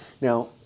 Now